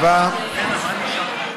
לא התקבלה.